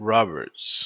Roberts